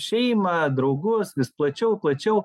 šeimą draugus vis plačiau plačiau